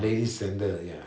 ladies' sandals ya